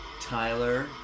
Tyler